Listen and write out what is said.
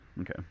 Okay